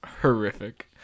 horrific